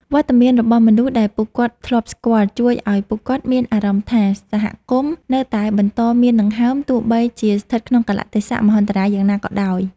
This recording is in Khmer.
វត្តមានរបស់មនុស្សដែលពួកគាត់ធ្លាប់ស្គាល់ ជួយឱ្យពួកគាត់មានអារម្មណ៍ថាសហគមន៍នៅតែបន្តមានដង្ហើម ទោះបីជាស្ថិតក្នុងកាលៈទេសៈមហន្តរាយយ៉ាងណាក៏ដោយ។